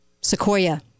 Sequoia